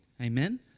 Amen